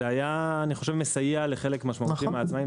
אני חושב שזה היה מסייע לחלק משמעותי מהעצמאים.